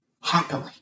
Happily